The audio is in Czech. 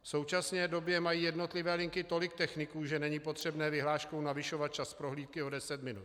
V současné době mají jednotlivé linky tolik techniků, že není potřebné vyhláškou navyšovat čas prohlídky o deset minut.